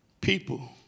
people